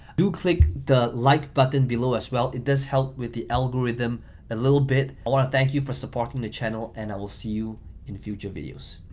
do click the like button below as well, it does help with the algorithm a little bit. i wanna thank you for supporting the channel and i will see you in future videos.